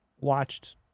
watched